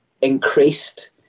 increased